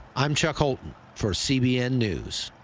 i'm chuck holton for cbn news.